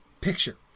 picture